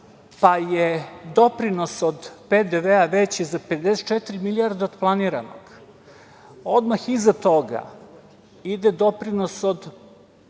pa je doprinos od PDV-a veći za 54 milijardi od planiranog. Odmah iza toga ide doprinos od